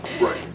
Right